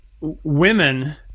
women